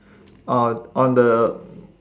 uh on the